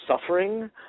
suffering